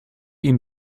ihm